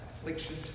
affliction